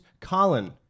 Colin